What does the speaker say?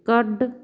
ਕੱਢ